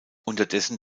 unterdessen